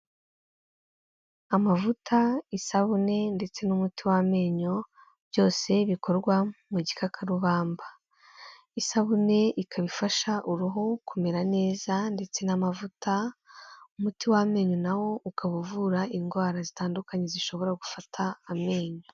Amavuta, isabune ndetse n'umuti w'amenyo byose bikorwa mu gikakarubamba, isabune ikaba ifasha uruhu kumera neza ndetse n'amavuta, umuti w'amenyo na wo ukaba uvura indwara zitandukanye zishobora gufata amenyo.